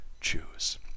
choose